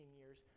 years